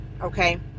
okay